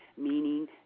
meaning